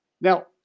Now